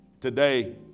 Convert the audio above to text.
today